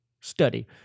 study